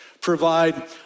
provide